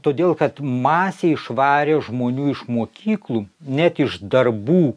todėl kad masė išvarė žmonių iš mokyklų net iš darbų